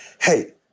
hey